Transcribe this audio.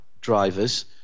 drivers